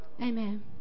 Amen